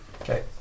Okay